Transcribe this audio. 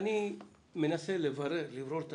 אני מנסה לברור את